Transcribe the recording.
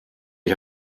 ich